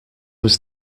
was